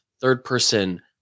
third-person